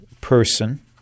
person